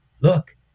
look